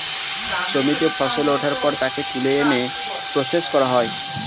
জমিতে ফসল ওঠার পর তাকে তুলে এনে প্রসেস করা হয়